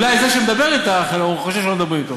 מי אמר לך שלא מדברים אתם?